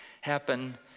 happen